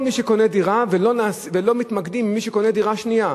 מי שקונה דירה ולא מתמקדים במי שקונה דירה שנייה?